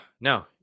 no